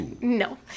No